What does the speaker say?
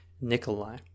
Nikolai